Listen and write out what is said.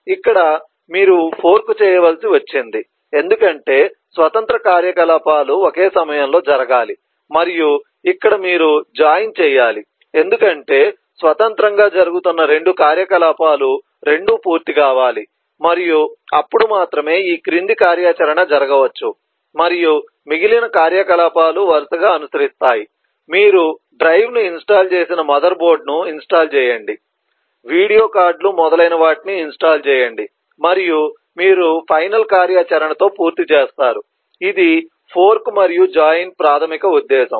ఇక్కడ మీరు ఫోర్క్ చేయవలసి వచ్చింది ఎందుకంటే స్వతంత్ర కార్యకలాపాలు ఒకే సమయంలో జరగాలి మరియు ఇక్కడ మీరు జాయిన్ చేయాలి ఎందుకంటే స్వతంత్రంగా జరుగుతున్న 2 కార్యకలాపాలు రెండూ పూర్తి కావాలి మరియు అప్పుడు మాత్రమే ఈ క్రింది కార్యాచరణ జరగవచ్చు మరియు మిగిలిన కార్యకలాపాలు వరుసగా అనుసరిస్తాయి మీరు డ్రైవ్ను ఇన్స్టాల్ చేసిన మదర్బోర్డును ఇన్స్టాల్ చేయండి వీడియో కార్డ్ల మొదలైనవాటిని ఇన్స్టాల్ చేయండి మరియు మీరు ఫైనల్ కార్యాచరణ తో పూర్తి చేస్తారు ఇది ఫోర్క్ మరియు జాయిన్ ప్రాథమిక ఉద్దేశ్యం